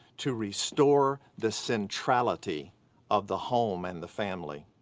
to restore the centrality of the home and the family.